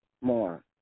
more